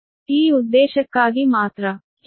ಈ ಉದ್ದೇಶಕ್ಕಾಗಿ ಮಾತ್ರ